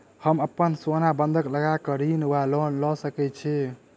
हम अप्पन सोना बंधक लगा कऽ ऋण वा लोन लऽ सकै छी?